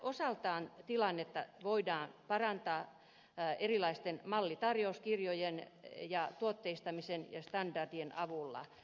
osaltaan tilannetta voidaan parantaa erilaisten mallitarjouskirjojen ja tuotteistamisen ja standardien avulla